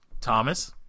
Thomas